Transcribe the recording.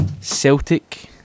Celtic